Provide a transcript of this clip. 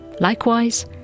Likewise